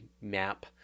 map